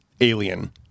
alien